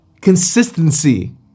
consistency